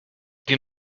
die